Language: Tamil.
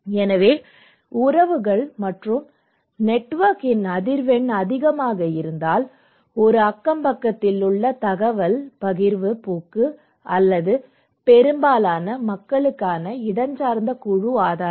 எனவே உறவுகள் மற்றும் நெட்வொர்க்கின் அதிர்வெண் அதிகமாக இருந்தால் ஒரு அக்கம் பக்கத்திலுள்ள தகவல் பகிர்வு போக்கு அல்லது பெரும்பாலான மக்களுக்கான இடஞ்சார்ந்த குழு ஆதாரங்கள்